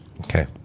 Okay